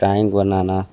drawing बनाने